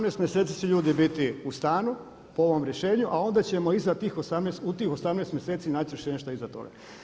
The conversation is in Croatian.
18 mjeseci će ljudi biti u stanu, po ovom rješenju a onda ćemo u tih 18 mjeseci naći rješenje šta iza toga.